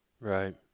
right